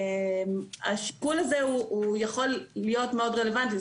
והשיקול הזה יכול להיות מאוד רלוונטי.